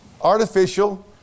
artificial